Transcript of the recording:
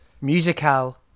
Musical